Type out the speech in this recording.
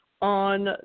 on